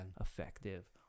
effective